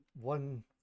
one